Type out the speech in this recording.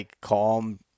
calm